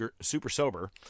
Super-sober